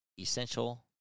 Essential